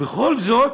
בכל זאת,